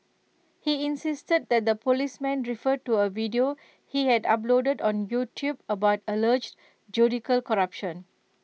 he insisted that the policemen refer to A video he had uploaded on YouTube about alleged judicial corruption